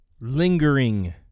lingering